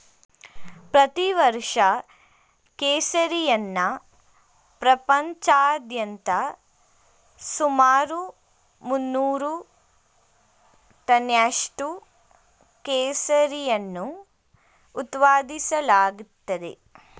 ಪ್ರತಿ ವರ್ಷ ಕೇಸರಿಯನ್ನ ಪ್ರಪಂಚಾದ್ಯಂತ ಸುಮಾರು ಮುನ್ನೂರು ಟನ್ನಷ್ಟು ಕೇಸರಿಯನ್ನು ಉತ್ಪಾದಿಸಲಾಗ್ತಿದೆ